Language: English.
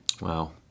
Wow